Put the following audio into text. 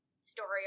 story